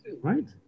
Right